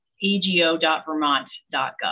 Ego.vermont.gov